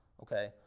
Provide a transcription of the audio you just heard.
okay